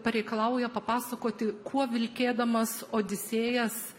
pareikalauja papasakoti kuo vilkėdamas odisėjas